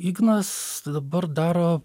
ignas dabar daro